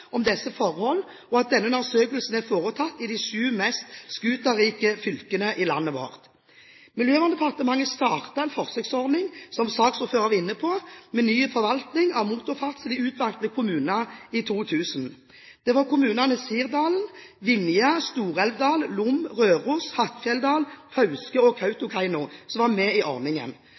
om disse forholdene, og at denne undersøkelsen er foretatt i de syv mest scooterrike fylkene i landet vårt. Miljøverndepartementet startet en forsøksordning, som saksordføreren var inne på, med ny forvaltning av motorferdsel i utvalgte kommuner i 2000. Kommunene Sirdal, Vinje, Stor-Elvdal, Lom, Røros, Hattfjelldal, Fauske og Kautokeino var med i ordningen.